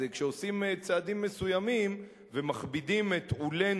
אז כשעושים צעדים מסוימים ומכבידים את עולה